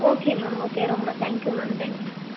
okay okay ரொம்ப thank you ma'am thank you thank you